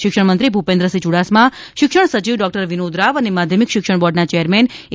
શિક્ષણમંત્રી ભૂપેનદ્ર સિંહ યૂડાસમા શિક્ષણ સચિવ ડોકટર વિનોદ રાવ અને માધ્યમિક શિક્ષણ બોર્ડના ચેરમેન એ